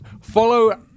Follow